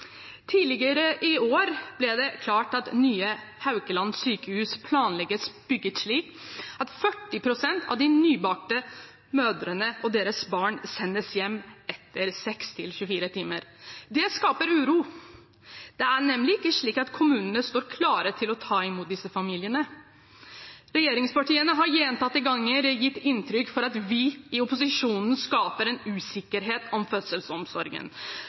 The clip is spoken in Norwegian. Tidligere i år ble det klart at nye Haukeland sykehus planlegges bygd slik at 40 pst. av de nybakte mødrene og deres barn sendes hjem etter 6–24 timer. Det skaper uro. Det er nemlig ikke slik at kommunene står klare til å ta imot disse familiene. Regjeringspartiene har gjentatte ganger gitt inntrykk av at vi i opposisjonen skaper en usikkerhet rundt fødselsomsorgen. La meg minne om